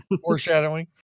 Foreshadowing